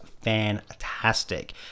fantastic